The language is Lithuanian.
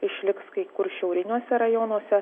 išliks kai kur šiauriniuose rajonuose